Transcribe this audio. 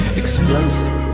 explosive